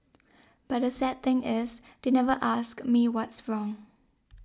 but the sad thing is they never asked me what's wrong